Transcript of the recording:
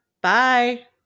Bye